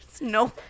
No